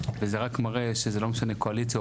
וזה רק מראה שזה לא משנה קואליציה,